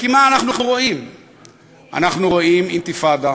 קיבלת הרבה